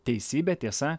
teisybė tiesa